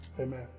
Amen